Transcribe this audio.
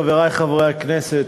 חברי חברי הכנסת,